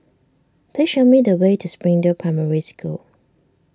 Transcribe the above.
please show me the way to Springdale Primary School